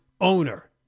owner